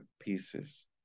pieces